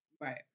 Right